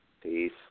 peace